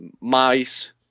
mice